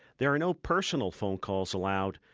there are no personal phone calls allowed.